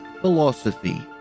Philosophy